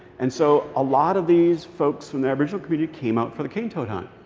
and so a lot of these folks from the aboriginal community came out for the cane toad hunt.